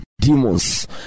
demons